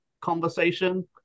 conversation